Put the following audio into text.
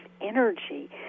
energy